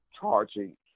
charging